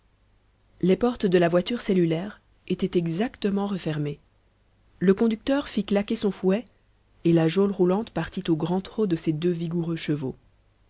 les portes de la voiture cellulaire étaient exactement refermées le conducteur fit claquer son fouet et la geôle roulante partit au grand trot de ses deux vigoureux chevaux